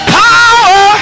power